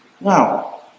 Now